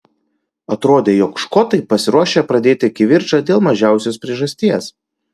atrodė jog škotai pasiruošę pradėti kivirčą dėl mažiausios priežasties